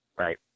Right